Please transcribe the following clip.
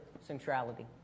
centrality